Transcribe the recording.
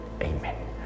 Amen